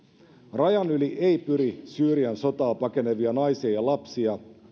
rajan yli ei pyri syyrian sotaa pakenevia naisia ja lapsia